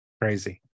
Crazy